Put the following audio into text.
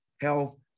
health